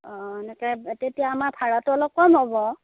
অ' এনেকৈ তেতিয়া আমাৰ ভাৰাটো অলপ কম হ'ব